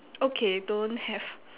okay don't have